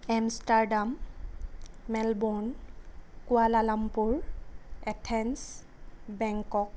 Amsterdam Melbourne Kuala Lumpur Athens Bangkok